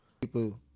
People